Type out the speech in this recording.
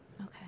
Okay